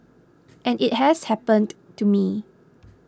and it has happened to me